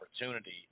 opportunity